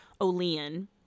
Olean